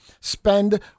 spend